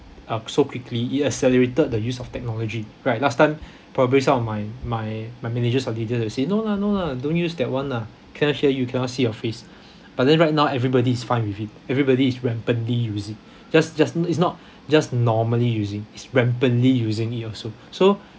uh so quickly it accelerated the use of technology right last time probably some of my my my managers and leaders will say no lah no lah don't use that one lah cannot hear you cannot see your face but then right now everybody's fine with it everybody is rampantly use it just just it's not just normally using is rampantly using it also so